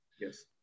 Yes